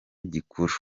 gikuru